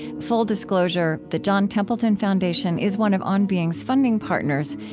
full disclosure the john templeton foundation is one of on being's funding partners,